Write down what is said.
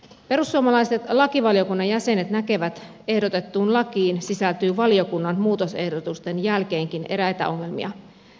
perussuomalaiset lakivaliokunnan jäsenet näkevät että ehdotettuun lakiin sisältyy valiokunnan muutosehdotusten jälkeenkin eräitä ongelmia